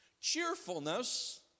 Cheerfulness